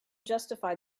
justify